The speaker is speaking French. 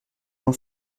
jean